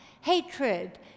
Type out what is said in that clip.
hatred